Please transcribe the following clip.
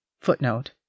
footnote